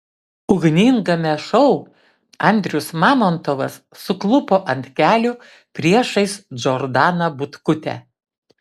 ugningame šou andrius mamontovas suklupo ant kelių priešais džordaną butkutę